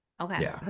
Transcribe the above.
Okay